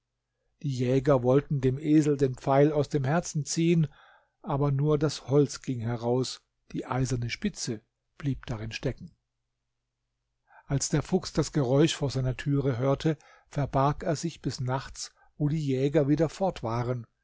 die jäger wollten dem esel den pfeil aus dem herzen ziehen aber nur das holz ging heraus die eiserne spitze blieb darin stecken als der fuchs das geräusch vor seiner türe hörte verbarg er sich bis nachts wo die jäger wieder fort waren